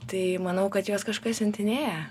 tai manau kad juos kažkas siuntinėja